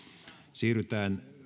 siirrytään